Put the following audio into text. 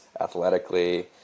athletically